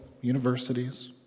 universities